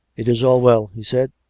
it is all well, he said.